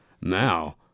Now